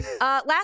Last